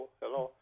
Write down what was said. hello